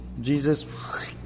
Jesus